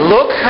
Look